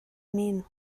mean